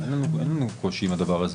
אין לנו קושי עם הדבר הזה.